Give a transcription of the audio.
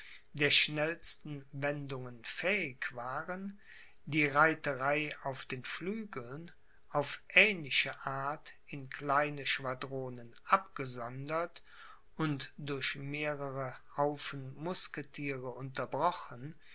der schnellsten wendungen fähig waren die reiterei auf den flügeln auf ähnliche art in kleine schwadronen abgesondert und durch mehrere haufen musketiere unterbrochen